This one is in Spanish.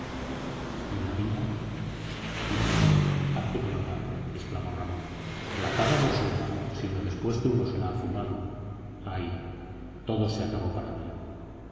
y la vida dices bien hazte comandante exclamó ramón la paga no es humo sino después que uno se la ha fumado ay todo se acabó para mí